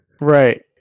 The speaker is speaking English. right